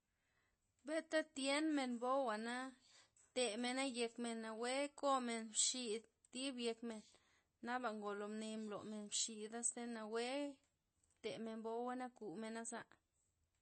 Beta tyenmen bouana' temena' yekmen mawue komen xid thib yekmen, naba ngolo mne blomen mxidaza ze nawue temen bouna' nakumena' za'.